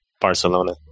Barcelona